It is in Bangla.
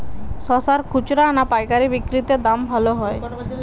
শশার খুচরা না পায়কারী বিক্রি তে দাম ভালো হয়?